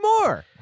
more